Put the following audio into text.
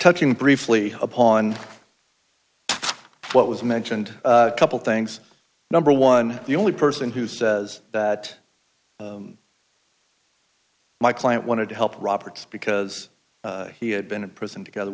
touching briefly upon what was mentioned a couple things number one the only person who says that my client wanted to help roberts because he had been in prison together